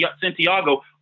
Santiago